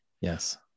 Yes